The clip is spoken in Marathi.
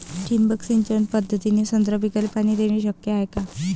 ठिबक सिंचन पद्धतीने संत्रा पिकाले पाणी देणे शक्य हाये का?